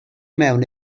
mewn